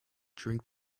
drink